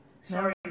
sorry